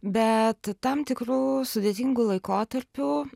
bet tam tikru sudėtingu laikotarpiu